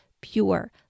pure